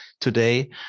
today